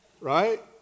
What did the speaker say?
Right